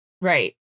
Right